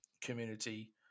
community